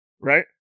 Right